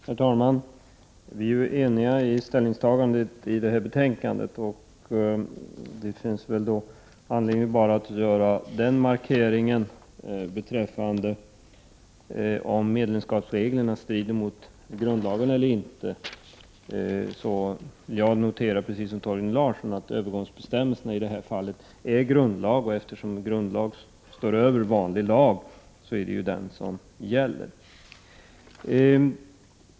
Herr talman! Vi är eniga i det ställningstagande som framgår av betänkandet. Det finns därför anledning att göra en markering endast beträffande medlemskapsreglerna — huruvida de strider mot grundlagen eller inte. Jag noterar, precis som Torgny Larsson, att övergångsbestämmelserna i detta fall ingår i grundlag, och eftersom grundlag står över vanlig lag är det grundlagen som gäller.